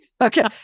Okay